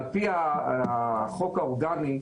על פי החוק האורגני,